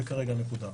זה כרגע הנקודה.